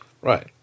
Right